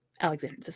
Alexander